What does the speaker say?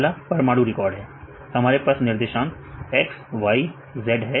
यह वाला परमाणु रिकॉर्ड है हमारे पास निर्देशांक X Y Z है